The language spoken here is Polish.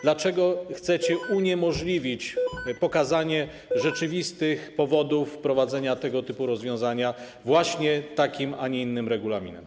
Dlaczego chcecie uniemożliwić pokazanie rzeczywistych powodów wprowadzenia tego typu rozwiązania właśnie takim a nie innym regulaminem?